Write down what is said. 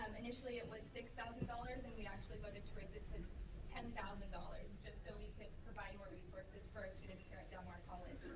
um initially it was six thousand dollars and we actually voted to raise it to ten thousand dollars just so we could provide more resources for our students here at del mar college.